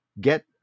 get